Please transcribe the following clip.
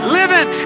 living